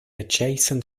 adjacent